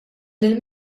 lill